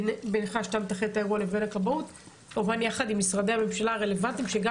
גם יחד עם משרדי הממשלה הרלוונטיים שגם